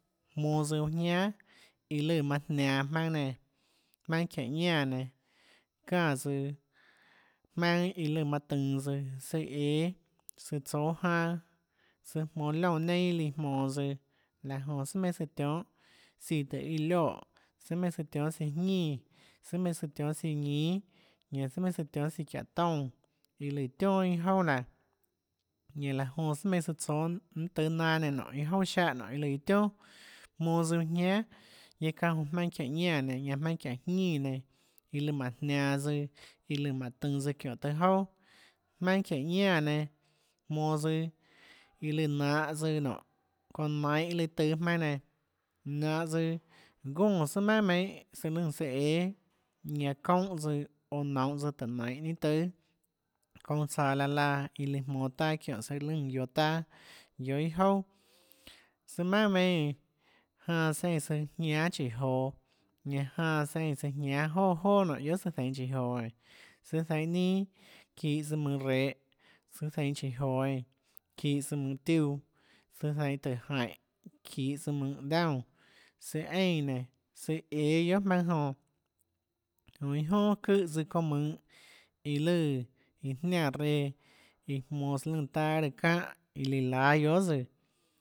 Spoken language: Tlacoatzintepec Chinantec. Jmonå tsøã uã jiánà iã lùã manã jnianå jmaønâ nenã jmaønâ çiáhå ñánã nenã çánã tsøã jmaønâ iã lùã manã tønå tsøã søã õâ søã tsóâ janã søã jmonå liónã neinâ iã jmonå tsøã laã jonã sùà meinhâ søã tionhâ siã tùhå iâ lioè sùà mienhâ søã tionhâ siã jñínã sùà mienhâ søã tionhâ siã ñínâ ñanã sùà meinhâ søã tionhâ siã çiáhå toúnã iã ùã tionà iâ jouà laã ñanã laã jonã sùà meinhâ søã tsóâ ninâ tùâ nanâ nenã nonê iâ jouà siáhå nonê iâ tionà jmonã tsøâ guã jñiánà ñanã çánhã jmaønâ çiáhå ñánã nenã ñanã jmaønâ çiáhå jñínãnenã iã lùã mánhå jnianå tsøã iã lùã mánhå tønå tsøã çiónhå tùâ jouà jmaønâ çiáhå ñánã nenã jmonå tsøã iã lùã nanhå tsøã nonê çounã nainhå iâ lùã tùâ jmaønâ nenã nanhå tsøã gónã sùà maønà meinhâ søã lùnã søã õâ ñanã çoúnhã tsøã oå nounhå tsøã tùhå nainhå ninâ tùâ çounã tsaå laã laã iã lùã jmonã taâ çiónhå søã lùnã guioå taâ guiohà iâ jouà sùà maønà meinhâ eínã janã søã eínã søã jñánâ chíhå joå ñanã janã søã eínã søã jnánâ joàjoà nonê guiohà søã jñánâ zeinhå síhå joå eínã søã zainhå ninâ çihå tsøã mønhå rehå søã zzainhå síhå joå eínã çihås mønhå tiuã søã zainhå tùhå jaínhå çihås mønhå daúnã søã einã nénå søã õâ guiohà jmaønâ jonã jonã iâ jonà çùhãs tsøã çounã mùnhå iã lùã jniánã reã iã lùã jmonå søã lùnã taâ raâ çánhã iã lùã láâ guiohà tsøã